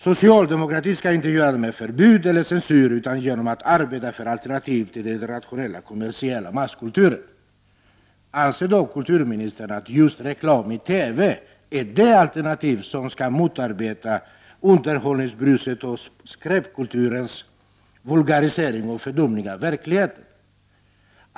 Socialdemokratin skall inte göra det med förbud och censur, utan genom att arbeta för alternativ till den internationella, kommersiella masskulturen. Anser kulturministern att just reklam i TV är det alternativ som skall motverka underhållningsbrusets och skräpkulturens vulgarisering och fördumning av verkligheten?